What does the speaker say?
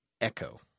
echo